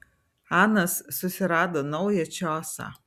anas susirado naują čiosą